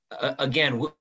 Again